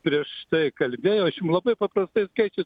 prieš tai kalbėjo labai paprastais skaičiais